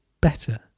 better